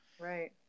Right